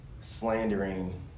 slandering